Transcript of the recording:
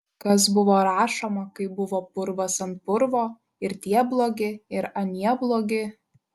kas buvo rašoma kai buvo purvas ant purvo ir tie blogi ir anie blogi